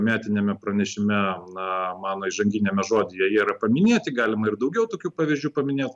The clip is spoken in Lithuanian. metiniame pranešime na mano įžanginiame žodyje jie yra paminėti galima ir daugiau tokių pavyzdžių paminėt